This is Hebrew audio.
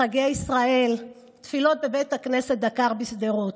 חגי ישראל, תפילות בבית הכנסת "דקר" בשדרות.